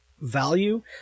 value